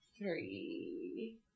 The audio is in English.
Three